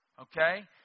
Okay